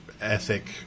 ethic